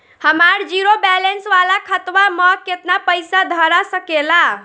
हमार zero balance वाला खतवा म केतना पईसा धरा सकेला?